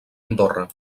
andorra